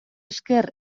esker